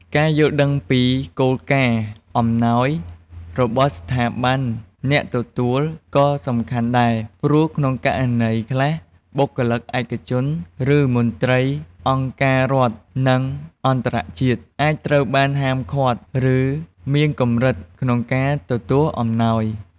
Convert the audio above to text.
ការយល់ដឹងពី គោលការណ៍អំណោយ របស់ស្ថាប័នអ្នកទទួលក៏សំខាន់ដែរ ព្រោះក្នុងករណីខ្លះ បុគ្គលិកឯកជន ឬមន្ត្រីអង្គការរដ្ឋ និងអន្តរជាតិ អាចត្រូវបានហាមឃាត់ ឬមានកម្រិតកក្នុងការទទួលអំណោយ។